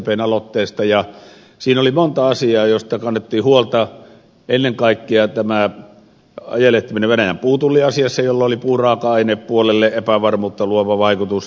siinä oli monta asiaa joista kannettiin huolta ennen kaikkea tämä ajelehtiminen venäjän puutulliasiassa jolla oli puuraaka ainepuolelle epävarmuutta luova vaikutus